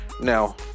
Now